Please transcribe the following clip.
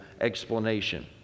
explanation